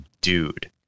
dude